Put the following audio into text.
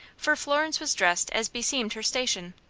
for florence was dressed as beseemed her station,